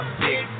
big